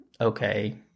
okay